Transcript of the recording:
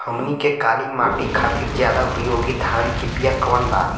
हमनी के काली माटी खातिर ज्यादा उपयोगी धान के बिया कवन बा?